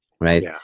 Right